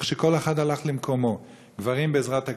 איך שכל אחד הלך למקומו: גברים בעזרת הגברים,